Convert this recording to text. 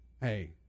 hey